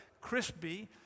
crispy